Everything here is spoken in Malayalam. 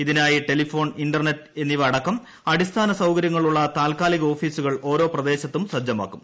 ഇതിനായി ടെലിഫോൺ ഇന്റർനെറ്റ് എന്നിവ അടക്കം അടിസ്ഥാന സൌകര്യങ്ങളുള്ള താത്ക്കാലിക ഓഫീസുകൾ ഓരോ പ്രദേശത്തും സജ്ജമാക്കും